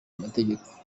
amategeko